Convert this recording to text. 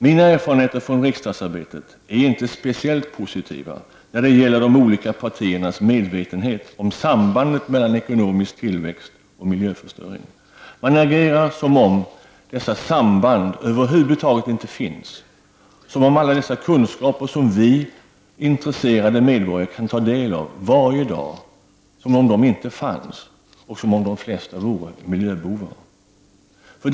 Mina erfarenheter från riksdagsarbetet är inte speciellt positiva när det gäller de olika partiernas medvetenhet om sambandet mellan ekonomisk tillväxt och miljöförstöring. Man agerar som om dessa samband över huvud taget inte fanns, som om alla de kunskaper som vi intresserade medborgare kan ta del av varje dag inte fanns — som om de flesta vore miljöbovar.